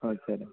okay sir